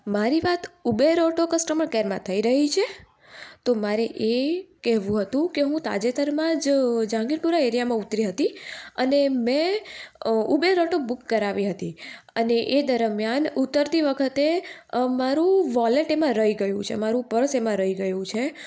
મારી વાત Uber auto customer કેરમાં થઈ રહી છે તો મારે એ કહેવું હતું કે હું તાજેતરમાં જ જહાંગીરપુરા એરિયામાં ઉતરી હતી અને મેં ઉબેર ઓટો બુક કરાવી હતી અને એ દરમ્યાન ઊતરતી વખતે મારું વૉલેટ એમાં રહી ગયું છે મારું પર્સ એમાં રહી ગયું છે